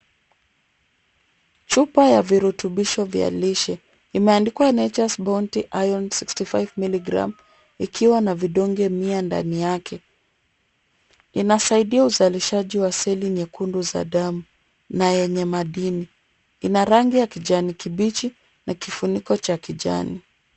Chupa ya virutubisho vya lishe imeandikwa natures bounty iron 65 miligram ikiwa na vidonge mia ndani yake. Inasaidia uzalishaji wa seli nyekundu za damu na yenye madini, ina rangi ya kijani kibichi na kifuniko cha kijani.